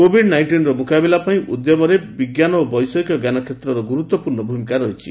Covid ନାଇଷ୍ଟିନ୍ର ମୁକାବିଲା ପାଇଁ ଉଦ୍ୟମରେ ବିଜ୍ଞାନ ଓ ବୈଷୟିକ ଜ୍ଞାନ କ୍ଷେତ୍ରର ଗୁରୁତ୍ୱପୂର୍ଣ୍ଣ ଭୂମିକା ରହିଛି